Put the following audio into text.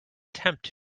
tempt